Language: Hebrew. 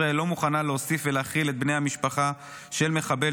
ישראל לא מוכנה להוסיף ולהכיל בני משפחה של מחבל